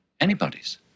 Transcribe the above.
Anybody's